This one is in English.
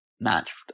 match